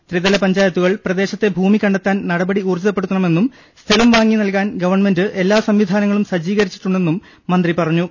ത്രിതല പഞ്ചായത്തുകൾ പ്രദേശത്തെ ഭൂമി കണ്ടെത്താൻ നടപടി ഉൌർജ്ജിതപ്പെടുത്തണമെന്നും സ്ഥലം വാങ്ങി നൽകാൻ ഗവൺമെന്റ് എല്ലാ സംവിധാനങ്ങളും സജ്ജീകരിച്ചി ട്ടുണ്ടെന്നും മന്ത്രി പറഞ്ഞു